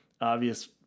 obvious